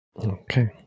Okay